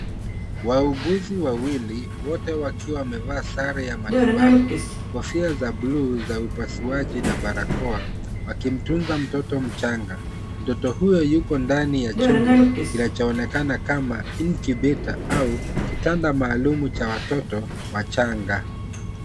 Wauuguzi wa wili, wote wakiwa meva sare ya matibabu, kofia za bluu za upasuaji na barakoa, wakimtunza mtoto mchanga. Mtoto huyo yuko ndani ya chombo kinachaonekana kama Incubator au kitanda maalumu cha watoto wachanga.